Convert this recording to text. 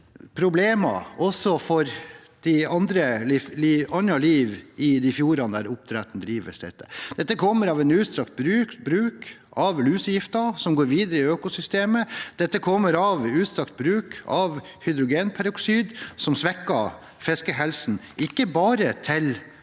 det kommer problemer også for annet liv i de fjordene der oppdretten drives. Det kommer av en utstrakt bruk av lusegifter som går videre i økosystemet, det kommer av en utstrakt bruk av hydrogenperoksid som svekker fiskehelsen ikke bare til